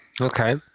Okay